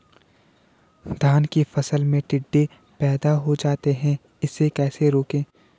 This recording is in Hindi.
धान की फसल में टिड्डे पैदा हो जाते हैं इसे कैसे रोकें?